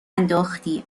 انداختی